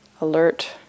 alert